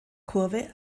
kurve